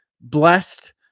blessed